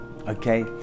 okay